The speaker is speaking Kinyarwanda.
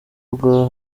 rwa